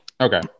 Okay